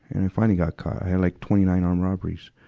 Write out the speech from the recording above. and i finally got caught. i had like twenty nine armed robberies.